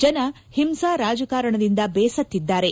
ಜನ ಹಿಂಸಾ ರಾಜಕಾರಣದಿಂದ ಬೇಸತ್ತಿದ್ದಾರೆ